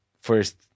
first